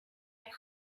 jak